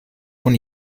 von